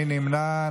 מי נמנע?